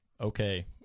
okay